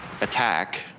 attack